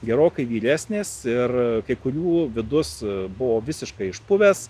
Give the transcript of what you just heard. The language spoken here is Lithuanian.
gerokai vyresnės ir kai kurių vidus buvo visiškai išpuvęs